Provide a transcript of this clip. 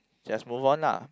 just move on lah